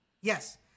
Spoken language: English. Yes